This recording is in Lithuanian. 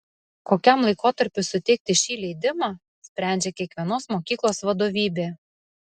kokiam laikotarpiui suteikti šį leidimą sprendžia kiekvienos mokyklos vadovybė